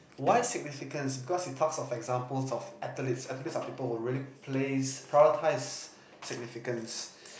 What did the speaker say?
why significance because it talks of examples of athletes athletes are people who really plays prioritize significance